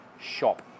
shop